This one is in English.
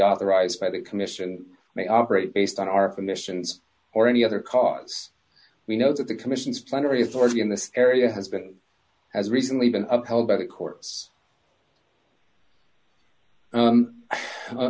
authorized by the commission may operate based on our for missions or any other cause we know that the commission's plenary authority in this area has been has recently been upheld by the courts u